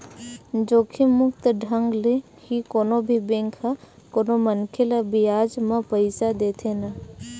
जोखिम मुक्त ढंग ले ही कोनो भी बेंक ह कोनो मनखे ल बियाज म पइसा देथे न